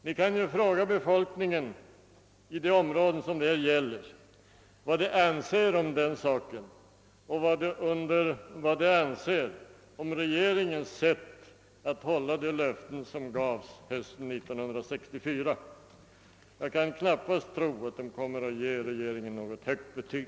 Ni kan fråga befolkningen i de områden jag här talar om vad man anser om regeringens initiativkraft och om dess sätt att hålla de löften som gavs hösten 1964. Jag tror knappast att man kommer att ge regeringen något högt betyg.